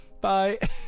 Bye